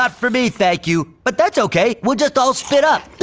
ah for me, thank you. but that's okay, we'll just all spit up.